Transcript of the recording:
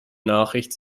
nachricht